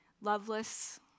loveless